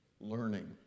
learning